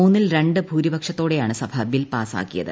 മൂന്നിൽ രണ്ട് ഭൂരിപക്ഷത്തോടെയാണ് സഭ ബിൽ പാസാക്കിയത്